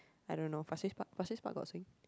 I don't know pasir-ris Park pasir-ris Park got swing